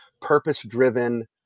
purpose-driven